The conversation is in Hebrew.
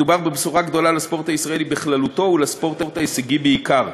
מדובר בבשורה גדולה לספורט הישראלי בכללותו ולספורט ההישגי בעיקר.